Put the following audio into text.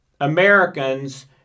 Americans